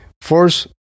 First